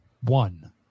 one